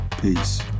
Peace